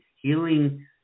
Healing